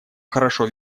хорошо